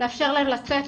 לאפשר להם לצאת,